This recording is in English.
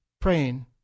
praying